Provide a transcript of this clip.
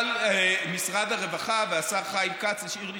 אבל משרד הרווחה והשר חיים כץ השאירו לי